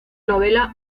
novela